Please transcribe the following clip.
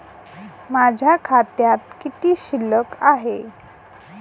माझ्या खात्यात किती शिल्लक आहे?